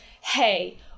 Hey